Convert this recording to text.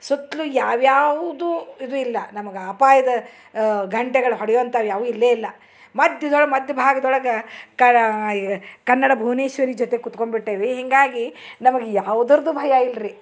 ಸುತ್ಲೂ ಯಾವ ಯಾವುದೂ ಇದು ಇಲ್ಲ ನಮಗೆ ಅಪಾಯದ ಗಂಟೆಗಳು ಹೊಡೆಯುವಂಥವು ಯಾವೂ ಇಲ್ಲೇ ಇಲ್ಲ ಮಧ್ಯದೊಳಗೆ ಮಧ್ಯೆ ಭಾಗ್ದೊಳಗೆ ಕಾ ಕನ್ನಡ ಭುವನೇಶ್ವರಿ ಜೊತೆ ಕೂತ್ಕೊಂಬಿಟ್ಟೇವೆ ಹೀಗಾಗಿ ನಮಗೆ ಯಾವ್ದ್ರದ್ದೂ ಭಯ ಇಲ್ಲರೀ